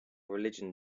religion